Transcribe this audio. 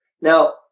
Now